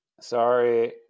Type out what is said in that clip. Sorry